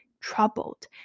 troubled